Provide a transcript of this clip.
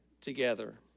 together